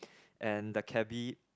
and the cabby